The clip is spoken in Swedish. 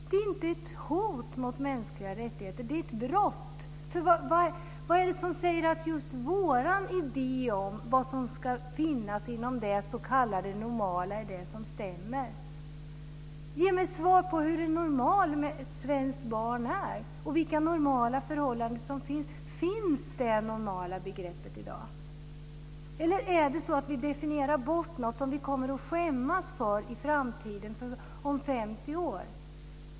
Det är inte ett hot mot mänskliga rättigheter, det är ett brott. Vad är det som säger att just vår idé om vad som ska finnas inom det s.k. normala är det som stämmer? Ge mig svar på hur ett normalt svenskt barn är och vilka normala förhållanden som finns. Finns begreppet det normala i dag, eller är det så att vi definierar bort något som vi kommer att skämmas för i framtiden, om 50 år?